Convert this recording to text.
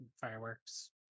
fireworks